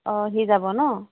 অঁ সি যাব ন